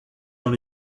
dans